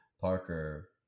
Parker